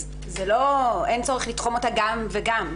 אז אין צורך לתחום אותה גם וגם.